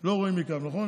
לא רואים מכאן, נכון?